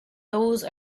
those